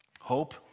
Hope